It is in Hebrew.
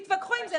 תתווכחו עם זה.